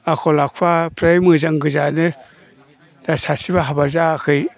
आखल आखुआ फ्राय मोजां गोजायानो दा सासेबो हाबा जायाखै